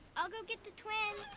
i'll go get the twins.